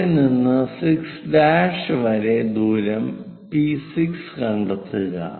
അവിടെ നിന്ന് 6' വരെ ദൂരം P6 കണ്ടെത്തുക